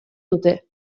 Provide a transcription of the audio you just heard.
dute